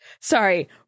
Sorry